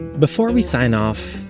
before we sign off,